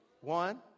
One